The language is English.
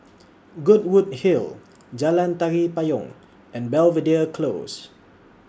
Goodwood Hill Jalan Tari Payong and Belvedere Close